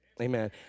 Amen